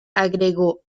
agregó